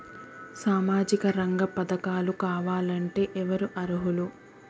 సామాజిక రంగ పథకాలు కావాలంటే ఎవరు అర్హులు?